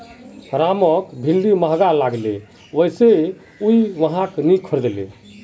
रामक भिंडी महंगा लागले वै स उइ वहाक नी खरीदले